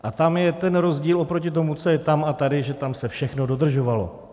A tam je rozdíl oproti tomu, co je tam a tady, že tam se všechno dodržuje.